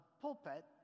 pulpit